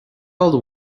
older